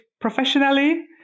professionally